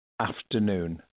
afternoon